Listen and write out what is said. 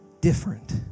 different